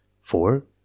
Four